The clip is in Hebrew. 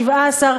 17,